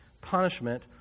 punishment